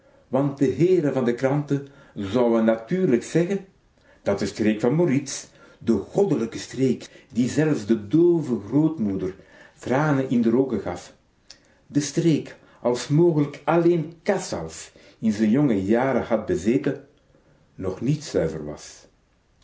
want de heeren van de kranten zouen natuurlijk zeggen dat de streek van morritz de goddelijke streek die zelfs de doove grootmoeder tranen in d'r oogen gaf de streek as mogelijk alleen càsals in z'n jonge jaren had bezeten nog niet zuiver was